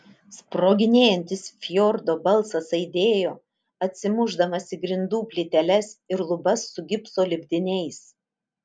sproginėjantis fjordo balsas aidėjo atsimušdamas į grindų plyteles ir lubas su gipso lipdiniais